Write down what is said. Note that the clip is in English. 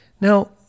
Now